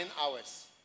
hours